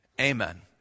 Amen